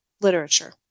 literature